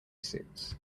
suits